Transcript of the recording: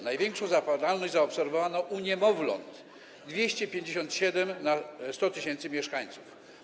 Największą zapadalność zaobserwowano u niemowląt - 257 na 100 tys. mieszkańców.